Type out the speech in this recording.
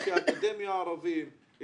גופי האקדמיה הערביים,